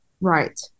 Right